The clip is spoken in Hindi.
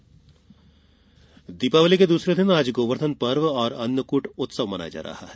दीपावली पर्व दीपावली के दूसरे दिन आज गोवर्धन पर्व और अन्नकूट उत्सव मनाया जा रहा है